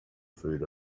food